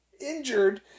injured